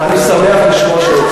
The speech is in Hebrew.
אני שמח לשמוע שלא ציפו מאתנו.